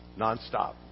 nonstop